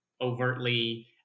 overtly